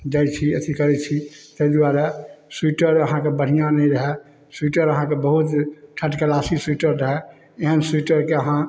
जाइ छी अथी करै छी ताहि दुआरे स्वीटर अहाँके बढ़िऑं नही रहए स्वीटर अहाँके बहुत थर्ड क्लासी स्वीटर रहए एहन स्वीटरके अहाँ